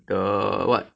the what